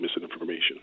misinformation